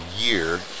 year